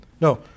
No